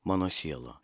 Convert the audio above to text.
mano siela